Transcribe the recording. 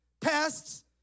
pests